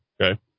Okay